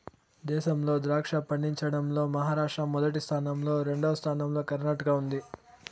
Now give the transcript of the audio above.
దేశంలో ద్రాక్ష పండించడం లో మహారాష్ట్ర మొదటి స్థానం లో, రెండవ స్థానం లో కర్ణాటక ఉంది